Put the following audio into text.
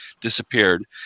disappeared